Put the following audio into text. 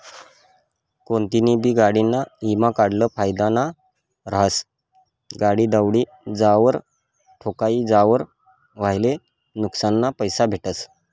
कोनतीबी गाडीना ईमा काढेल फायदाना रहास, गाडी दवडी जावावर, ठोकाई जावावर व्हयेल नुक्सानना पैसा भेटतस